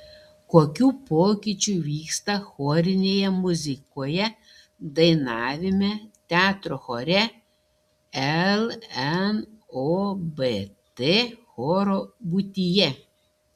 kokių pokyčių vyksta chorinėje muzikoje dainavime teatro chore lnobt choro būtyje